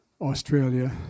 Australia